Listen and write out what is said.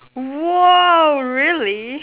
!woah! really